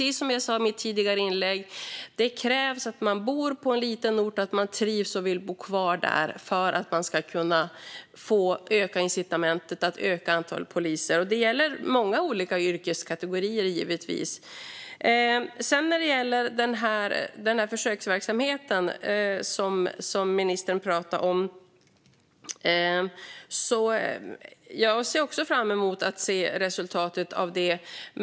Precis som jag sa i mitt tidigare inlägg krävs det att polisstudenter som bor på en liten ort trivs och vill bo kvar där för att man ska kunna få ett ökat antal poliser där. Detta gäller många olika yrkeskategorier, givetvis. När det sedan gäller försöksverksamheten, som ministern pratar om, ser jag också fram emot att se resultatet av den.